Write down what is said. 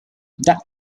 that